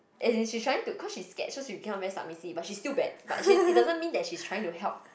as in she's trying to cause she's scared so she became very submissive but she still bad but she it doesn't mean that she's trying to help